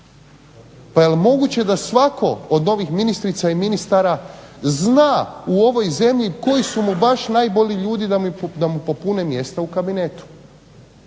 pa je li moguće da svatko od ovih ministrica i ministara zna u ovoj zemlji koji su mu najbolji ljudi da mu popune mjesta u kabinetu.